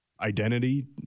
identity